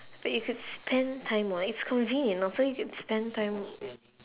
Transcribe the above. but you could spend time [what] it's convenient also you could spend time w~